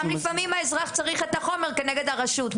האזרח צריך לפעמים גם את החומר נגד הרשות,